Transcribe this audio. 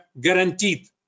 guaranteed